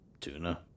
tuna